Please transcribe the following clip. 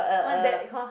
what's that called